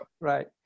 Right